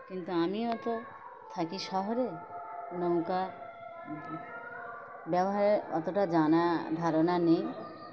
কিন্তু আমিও তো থাকি শহরে নৌকা ব্যবহারে অতটা জানা ধারণা নেই